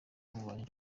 kurwanya